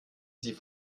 sie